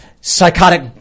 psychotic